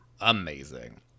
amazing